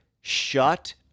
shut